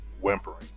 whimpering